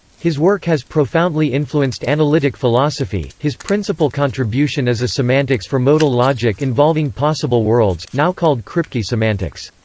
his work has profoundly influenced analytic philosophy his principal contribution is a semantics for modal logic involving possible worlds, now called kripke semantics.